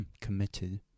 committed